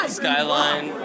skyline